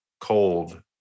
Cold